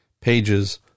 pages